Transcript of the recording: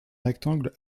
rectangle